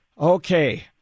Okay